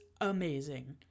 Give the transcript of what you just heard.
amazing